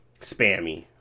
spammy